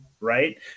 right